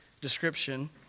description